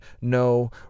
no